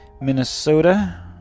Minnesota